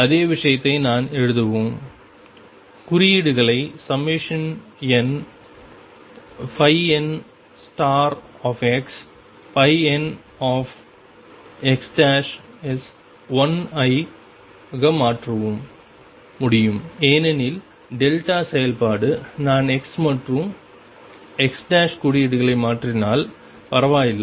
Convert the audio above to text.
அதே விஷயத்தை நான் எழுதவும் குறியீடுகளை nnxnx s 1 ஐ ஆக மாற்றவும் முடியும் ஏனெனில் டெல்டா செயல்பாடு நான் x மற்றும் x குறியீடுகளை மாற்றினால் பரவாயில்லை